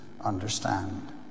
understand